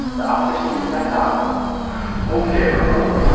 the officer seems to back off ok, arnaldo,